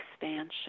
expansion